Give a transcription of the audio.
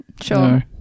sure